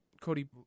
Cody